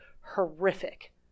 horrific